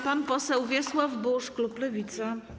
Pan poseł Wiesław Buż, klub Lewica.